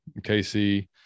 KC